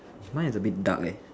mine is a bit dark eh